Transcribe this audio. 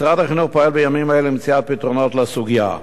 משרד החינוך פועל בימים אלה למציאת פתרונות לסוגיה.